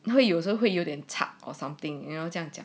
因为有时候会有点差 or something you know 这样讲